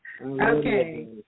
Okay